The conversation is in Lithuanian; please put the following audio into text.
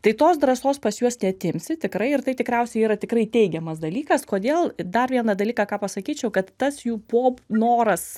tai tos drąsos pas juos neatimsi tikrai ir tai tikriausiai yra tikrai teigiamas dalykas kodėl dar vieną dalyką ką pasakyčiau kad tas jų pop noras